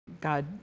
God